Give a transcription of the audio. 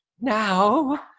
Now